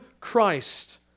Christ